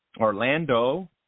Orlando